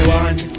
one